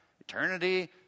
eternity